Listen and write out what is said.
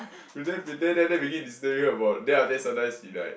pretend pretend then after that we keep disturbing her about then after that sometimes she like